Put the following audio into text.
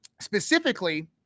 specifically